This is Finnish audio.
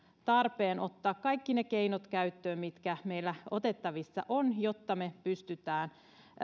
tarpeen ottaa käyttöön kaikki ne keinot mitkä meillä otettavissa ovat jotta me pystymme